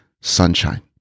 sunshine